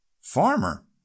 Farmer